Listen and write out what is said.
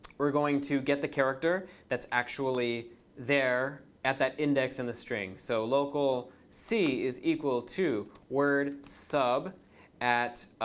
we're going to get the character that's actually there at that index in the string. so local c is equal to word sub at